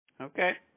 Okay